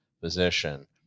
position